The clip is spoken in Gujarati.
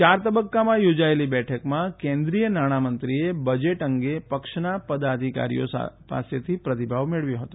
યાર તબક્કામાં યોજાયેલી બેઠકમાં કેન્દ્રીય નાણાંમંત્રીએ બજેટ અંગે પક્ષના પદાધિકારીઓ પાસેથી પ્રતિભાવ મેળવ્યો હતો